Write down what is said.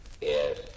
Yes